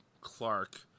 Clark